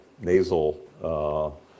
nasal